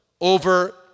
over